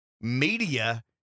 media